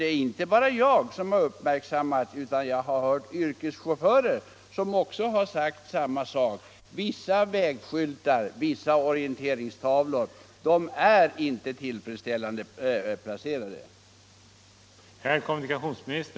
Det är inte bara jag som har uppmärksammat felaktiga placeringar — jag har också hört yrkeschaufförer säga att vissa vägskyltar och orienteringstavlor inte är tillfredsställande placerade.